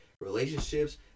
relationships